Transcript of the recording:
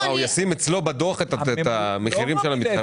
הוא יכתוב אצלו בדוח את המחירים של המתחרים?